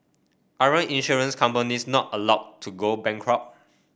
aren't insurance companies not allowed to go bankrupt